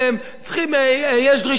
יש דרישה כזאת?